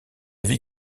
vie